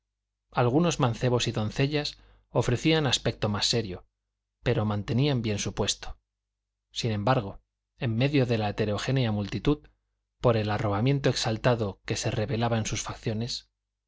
algunos mancebos y doncellas ofrecían aspecto más serio pero mantenían bien su puesto sin embargo en medio de la heterogénea multitud por el arrobamiento exaltado que se revelaba en sus facciones